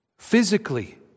Physically